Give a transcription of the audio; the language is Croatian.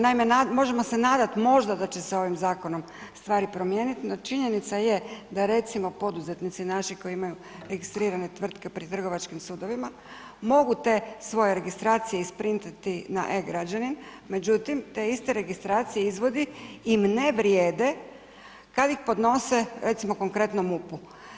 Naime, možemo se nadati, možda da će se ovim zakonom stvari promijeniti, no činjenica je da recimo, poduzetnici naši koji imaju registrirane tvrtke pri trgovačkim sudovima, mogu te svoje registracije isprintati na e-Građani, međutim, te iste registracije izvodi im ne vrijeme kad ih podnose, recimo, konkretno MUP-u.